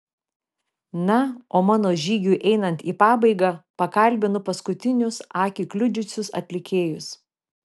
na o mano žygiui einant į pabaigą pakalbinu paskutinius akį kliudžiusius atlikėjus